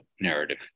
narrative